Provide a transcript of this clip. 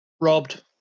Robbed